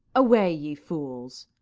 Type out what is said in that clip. away, ye fools!